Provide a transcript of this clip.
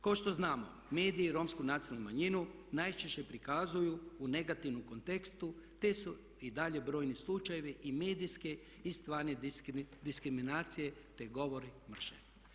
Kao što znamo, mediji romsku nacionalnu manjinu najčešće prikazuju u negativnom kontekstu, te su i dalje brojni slučajevi i medijske i stvarne diskriminacije, te govori mržnje.